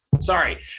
sorry